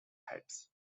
heads